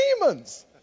demons